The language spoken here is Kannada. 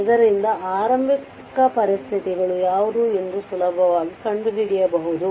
ಇದರಿಂದ ಆರಂಭಿಕ ಪರಿಸ್ಥಿತಿಗಳು ಯಾವುದು ಎಂದು ಸುಲಭವಾಗಿ ಕಂಡುಹಿಡಿಯಬಹುದು